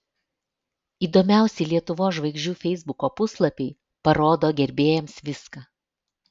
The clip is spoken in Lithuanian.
įdomiausi lietuvos žvaigždžių feisbuko puslapiai parodo gerbėjams viską